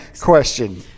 question